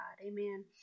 Amen